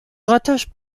rattachent